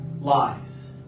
Lies